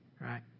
right